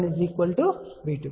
కాబట్టి V1 V2